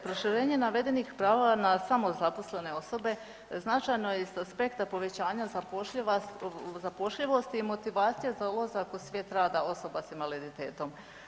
Proširenje navedenih prava na samozaposlene osobe značajno je i sa aspekta povećanja zapošljivosti i motivacije za ulazak u svijet rada osoba s invaliditetom.